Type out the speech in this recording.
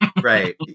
Right